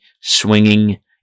swinging